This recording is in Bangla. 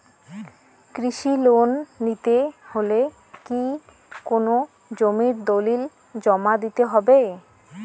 কৃষি লোন নিতে হলে কি কোনো জমির দলিল জমা দিতে হবে?